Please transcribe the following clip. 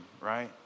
right